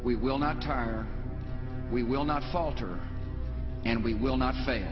we will not tire we will not falter and we will not fa